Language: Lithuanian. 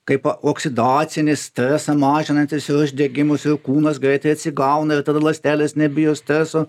kaip oksidacinį stresą mažinantys ir uždegimus ir kūnas greitai atsigauna ir tada ląstelės nebijo streso